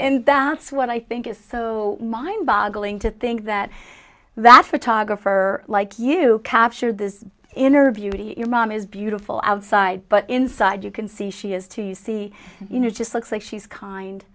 and that's what i think is so mind boggling to think that that photographer like you captured this interview your mom is beautiful outside but inside you can see she has to see you know just looks like she's kind